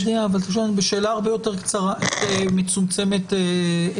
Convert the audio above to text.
אני יודע אבל אני בשאלה הרבה יותר קצרה ומצומצמת היקף.